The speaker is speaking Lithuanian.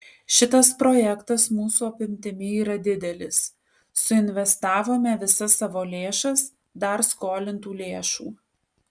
šitas projektas mūsų apimtimi yra didelis suinvestavome visas savo lėšas dar skolintų lėšų